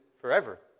forever